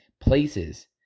places